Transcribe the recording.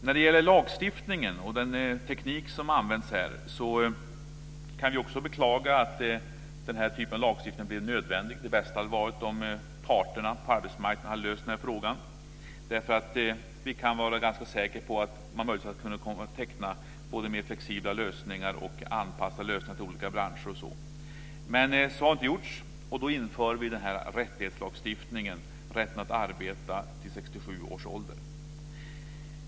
När det gäller lagstiftningen och den teknik som används här kan jag också beklaga att denna typ av lagstiftning har blivit nödvändig. Det bästa hade varit om parterna på arbetsmarknaden hade löst denna fråga. Vi kan nämligen vara ganska säkra på att man kommer att teckna avtal om mer flexibla lösningar och anpassa lösningarna till olika branscher osv. Men det har inte gjorts. Och därför införs denna rättighetslagstiftning, rätten att arbeta till 67 års ålder.